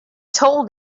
told